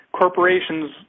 corporations